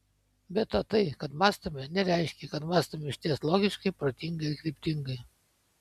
be to tai kad mąstome nereiškia kad mąstome išties logiškai protingai ir kryptingai